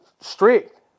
strict